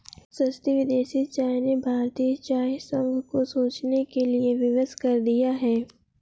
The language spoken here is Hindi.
सस्ती विदेशी चाय ने भारतीय चाय संघ को सोचने के लिए विवश कर दिया है